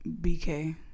BK